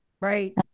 Right